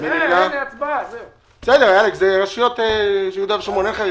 הצבעה פנייה 8017 אושרה.